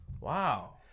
Wow